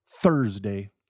Thursday